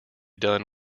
done